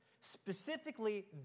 specifically